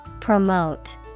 Promote